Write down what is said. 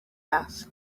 asked